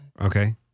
Okay